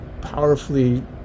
powerfully